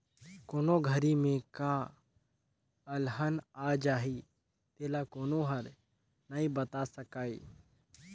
कोन घरी में का अलहन आ जाही तेला कोनो हर नइ बता सकय